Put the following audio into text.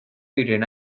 diren